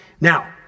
Now